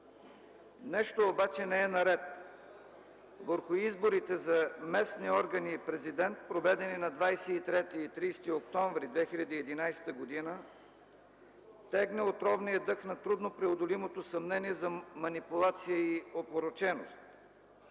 Нещо обаче не е наред – върху изборите за местни органи и президент, проведени на 23 и 30 октомври 2011 г., тегне отровният дъх на трудно преодолимото съмнение за манипулация и опороченост.